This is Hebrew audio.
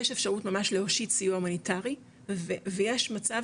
יש אפשרות ממש להושיט סיוע הומניטרי ויש מצב